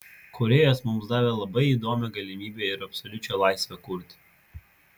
kūrėjas mums davė labai įdomią galimybę ir absoliučią laisvę kurti